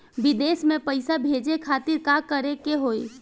विदेश मे पैसा भेजे खातिर का करे के होयी?